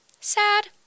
sad